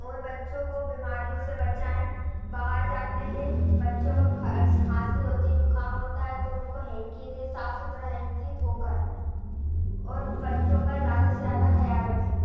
और बच्चों को बीमारियों से बचाएं बाहर जाते है बच्चों को खास खासी होती है ज़ुख़ाम होता है तो उनको हेंकी दे साफ़ सुथरा हेंकी धो कर और बच्चों का ज़्यादा से जादा ख़याल रखें